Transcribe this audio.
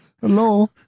Hello